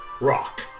rock